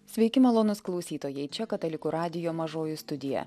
sveiki malonūs klausytojai čia katalikų radijo mažoji studija